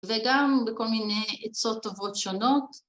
‫וגם בכל מיני עצות טובות שונות.